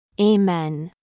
Amen